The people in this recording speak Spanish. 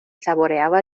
saboreaba